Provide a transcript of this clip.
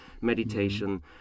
meditation